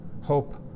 hope